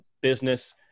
business